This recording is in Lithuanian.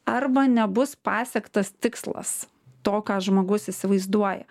arba nebus pasiektas tikslas to ką žmogus įsivaizduoja